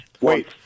Wait